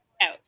out